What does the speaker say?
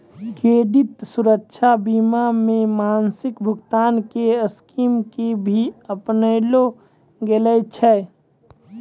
credit सुरक्षा बीमा मे मासिक भुगतान के स्कीम के भी अपनैलो गेल छै